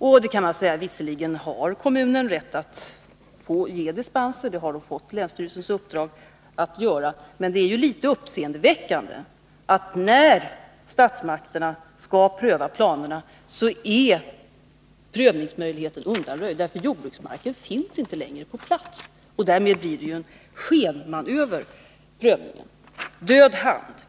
Man kan visserligen säga att kommunen har rätt att ge dispenser, eftersom den har fått länsstyrelsens uppdrag att göra det. Men det är litet uppseendeväckande att prövningsmöjligheten, när statsmakterna skall pröva planerna, är undanröjd — jordbruksmarken finns inte längre på plats. Därmed blir ju prövningen en skenmanöver. Det sades här att